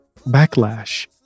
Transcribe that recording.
Backlash